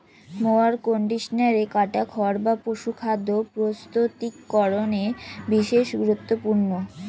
mower কন্ডিশনারে কাটা খড় বা পশুখাদ্য প্রস্তুতিকরনে বিশেষ গুরুত্বপূর্ণ